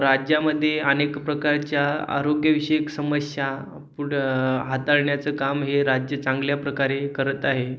राज्यामध्ये अनेक प्रकारच्या आरोग्यविषयक समस्या पुढं हाताळण्याचं काम हे राज्य चांगल्या प्रकारे करत आहे